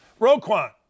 Roquan